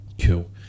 Cool